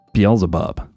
Beelzebub